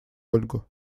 ольгу